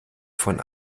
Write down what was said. von